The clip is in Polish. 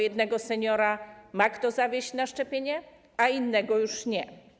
Jednego seniora ma kto zawieźć na szczepienie, a innego już nie.